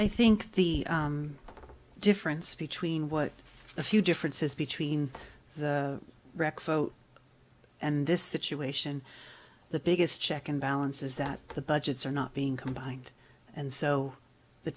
i think the difference between what the few differences between the breakfast and this situation the biggest check and balance is that the budgets are not being combined and so the